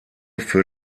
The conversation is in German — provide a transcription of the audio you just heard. für